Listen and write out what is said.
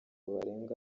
barenga